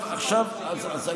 אנחנו לא מפסיקות אותך.